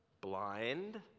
blind